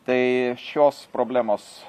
tai šios problemos